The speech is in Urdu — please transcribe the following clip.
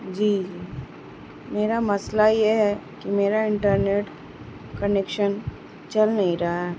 جی جی میرا مسئلہ یہ ہے کہ میرا انٹرنیٹ کنیکشن چل نہیں رہا ہے